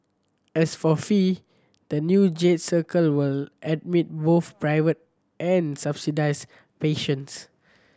as for fee the new Jade Circle will admit both private and subsidised patients